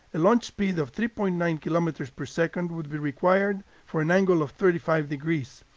a launch speed of three point nine kilometers per second would be required for an angle of thirty five degrees,